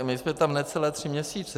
My jsme tam necelé tři měsíce.